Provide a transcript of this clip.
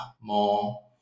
more